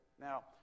Now